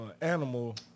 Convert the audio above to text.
animal